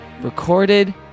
recorded